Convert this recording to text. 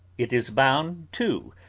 it is bound, too,